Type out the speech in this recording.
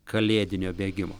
kalėdinio bėgimo